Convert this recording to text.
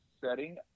setting